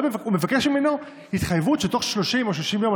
הוא היה מבקש ממנו התחייבות שתוך 30 או 60 יום,